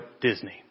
Disney